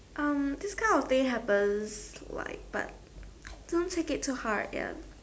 um this kind of things happen like but don't take it to hard ya